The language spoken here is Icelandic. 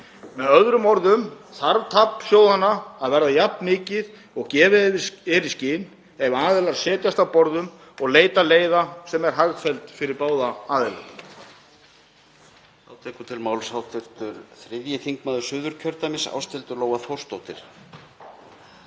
Með öðrum orðum: Þarf tap sjóðanna að verða jafn mikið og gefið er í skyn ef aðilar setjast að borðum og leita leiða sem eru hagfelldar fyrir báða aðila?